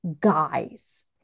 guys